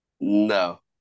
No